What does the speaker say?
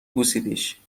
بوسیدیش